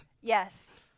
yes